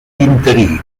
interí